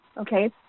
okay